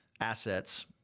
assets